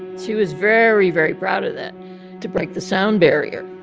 she was very, very proud of that to break the sound barrier